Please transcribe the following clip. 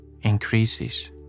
increases